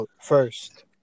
first